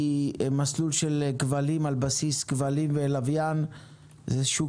ממסלול על בסיס כבלים ולוויין זה עבר לשוק